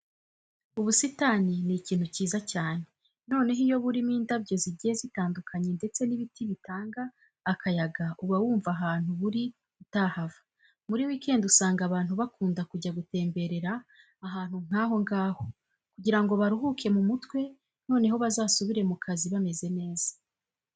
Ubusitani ni ikintu cyiza cyane, noneho iyo burimo indabyo zigiye zitandukanye ndetse n'ibiti bitanga akayaga uba wumva ahantu buri utahava. Muri weekend usanga abantu bakunda kujya gutemberera ahantu nk'aho ngaho kugira ngo baruhuke mu mutwe noneho bazasubire mu kazi bameze neza.